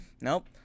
Nope